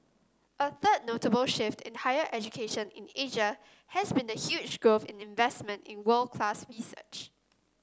a third notable shift in higher education in has been the huge growth in investment in world class research